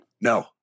No